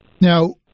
Now